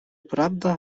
prawda